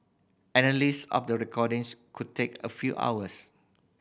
analysis of the recordings could take a few hours